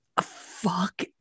Fuck